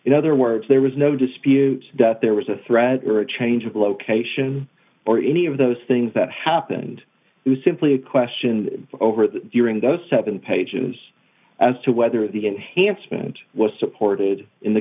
in other words there was no dispute that there was a threat or a change of location or any of those things that happened was simply a question over the during those seven pages as to whether the enhancement was supported in the